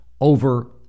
over